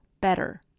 better